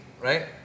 right